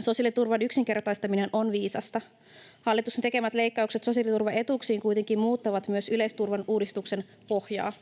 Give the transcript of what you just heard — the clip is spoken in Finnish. Sosiaaliturvan yksinkertaistaminen on viisasta. Hallituksen tekemät leikkaukset sosiaaliturvaetuuksiin kuitenkin muuttavat myös yleisturvan uudistuksen pohjaa.